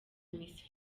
misi